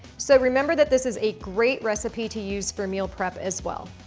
so remember that this is a great recipe to use for meal prep as well.